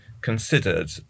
considered